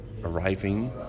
arriving